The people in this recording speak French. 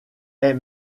est